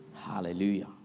Hallelujah